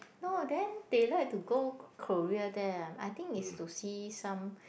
no then they like to go Ko~ Korea there ah I think is to see some